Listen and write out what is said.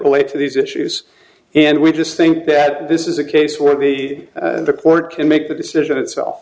relate to these issues and we just think that this is a case where the the court can make that decision itself